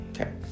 Okay